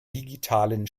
digitalen